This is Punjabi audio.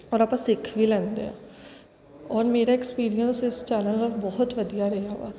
ਔਰ ਆਪਾਂ ਸਿੱਖ ਵੀ ਲੈਂਦੇ ਹਾਂ ਔਰ ਮੇਰਾ ਐਕਸਪੀਰੀਅਸ ਇਸ ਚੈਨਲ ਨਾਲ ਬਹੁਤ ਵਧੀਆ ਰਿਹਾ ਵਾ